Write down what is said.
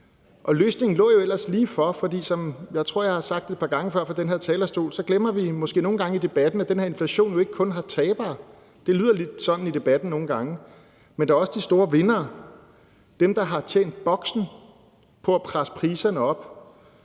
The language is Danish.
Løsningen lå jo ellers ligefor, for som jeg tror jeg har sagt et par gange før fra den her talerstol, så glemmer vi måske nogle gange i debatten, at den her inflation jo ikke kun har tabere. Sådan lyder det lidt i debatten nogle gange, men der er også de store vindere, altså dem, der har tjent boksen på at presse priserne op